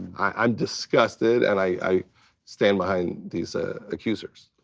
i'm disgusted, and i stand behind these ah accusers.